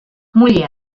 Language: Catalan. muller